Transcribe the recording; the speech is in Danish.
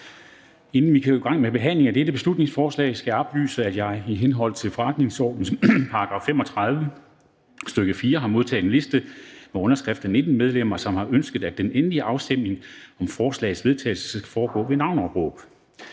Inden vi kan gå i gang med behandlingen af dette beslutningsforslag, skal jeg oplyse, at jeg i henhold til forretningsordenens § 35, stk. 4, har modtaget en liste med underskrifter fra 19 medlemmer, som har ønsket, at den endelige afstemning om forslagets vedtagelse skal foregå ved navneopråb.